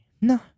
No